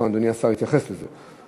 אדוני השר התייחס לזה.